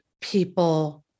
people